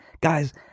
Guys